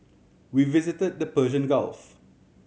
we visited the Persian Gulf